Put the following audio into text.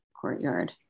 courtyard